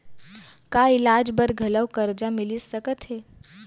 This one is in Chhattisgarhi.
का इलाज बर घलव करजा मिलिस सकत हे?